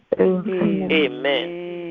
Amen